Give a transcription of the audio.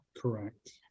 Correct